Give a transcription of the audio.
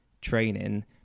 training